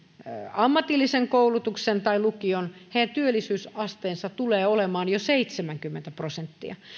ammatillisen koulutuksen tai lukion heidän työllisyysasteensa tulee olemaan jo seitsemänkymmentä prosenttia